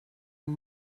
amb